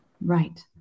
Right